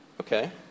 okay